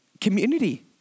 community